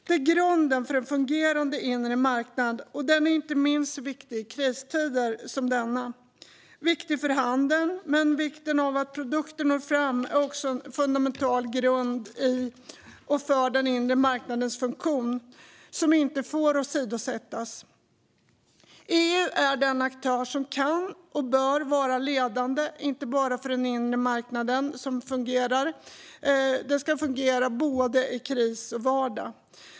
Detta är grunden för en fungerande inre marknad, och den är inte minst viktig i kristider som denna. Den är viktig för handeln, men vikten av att produkter når fram är också en fundamental grund i och för den inre marknadens funktion som inte får åsidosättas. EU är den aktör som kan och bör vara ledande, inte bara för att den inre marknaden ska fungera både i kris och i vardag.